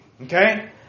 Okay